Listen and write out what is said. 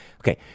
Okay